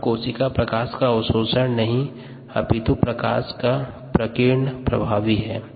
यहाँ कोशिका प्रकाश अवशोषण नहीं अपितु कोशिका प्रकाश प्रकीर्ण प्रभावी है